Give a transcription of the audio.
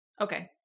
Okay